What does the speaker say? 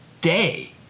day